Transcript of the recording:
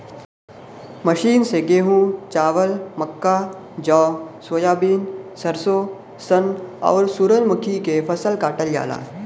machine से गेंहू, चावल, मक्का, जौ, सोयाबीन, सरसों, सन, आउर सूरजमुखी के फसल काटल जाला